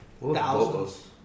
thousands